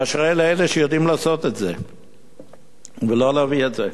אשרי אלה שיודעים לעשות את זה ולא להביא את זה,